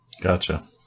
Gotcha